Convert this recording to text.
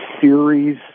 series